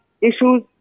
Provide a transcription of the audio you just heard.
issues